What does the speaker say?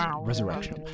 Resurrection